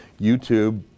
YouTube